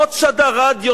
עוד שדר רדיו,